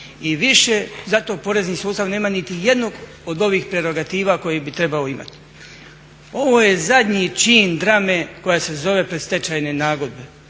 i više zato porezni sustav nema niti jednog od ovih prerogativa koje bi trebao imati. Ovo je zadnji čin drame koja se zove predstečajne nagodbe.